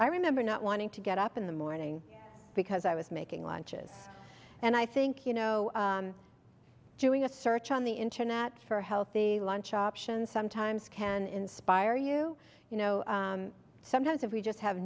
i remember not wanting to get up in the morning because i was making lunches and i think you know doing a search on the internet for a healthy lunch options sometimes can inspire you you know sometimes if we just have